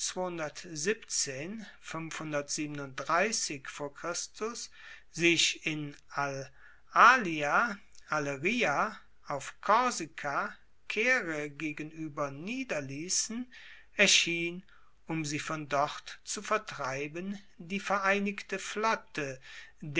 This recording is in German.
sich in alalia aleria auf korsika caere gegenueber niederliessen erschien um sie von dort zu vertreiben die vereinigte flotte